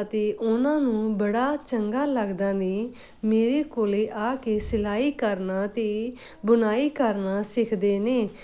ਅਤੇ ਉਹਨਾਂ ਨੂੰ ਬੜਾ ਚੰਗਾ ਲੱਗਦਾ ਨੇ ਮੇਰੇ ਕੋਲ ਆ ਕੇ ਸਿਲਾਈ ਕਰਨਾ ਅਤੇ ਬੁਣਾਈ ਕਰਨਾ ਸਿੱਖਦੇ ਨੇ